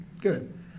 Good